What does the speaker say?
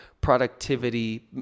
productivity